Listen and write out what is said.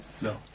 No